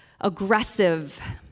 aggressive